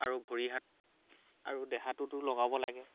আৰু ভৰি হাত আৰু দেহাটোতো লগাব লাগে